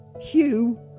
Hugh